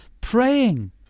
praying